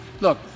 Look